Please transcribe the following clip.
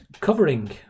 covering